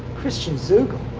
christian zugel,